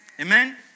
Amen